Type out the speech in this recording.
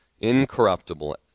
incorruptible